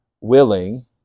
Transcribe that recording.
willing